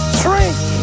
drink